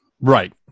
right